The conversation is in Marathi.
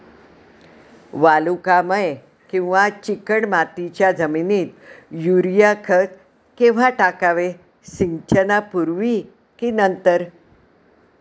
वालुकामय किंवा चिकणमातीच्या जमिनीत युरिया खत केव्हा टाकावे, सिंचनापूर्वी की नंतर?